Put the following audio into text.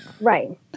Right